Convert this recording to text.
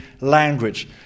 language